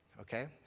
Okay